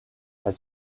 elle